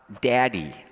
daddy